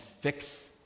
fix